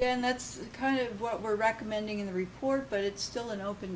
and that's kind of what we're recommending in the report but it's still an open